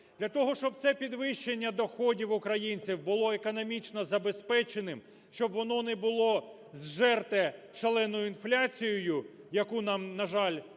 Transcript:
Для того, щоб це підвищення доходів українців було економічно забезпеченим, щоб воно не було зжерте шаленою інфляцією, яку нам, на жаль, нав'язує